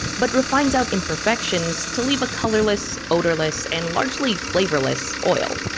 but refines out imperfections to leave a colorless, odorless and largely flavorless oil.